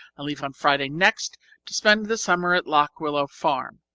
i leave on friday next to spend the summer at lock willow farm.